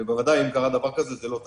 ובוודאי אם קרה דבר כזה, זה לא תקין.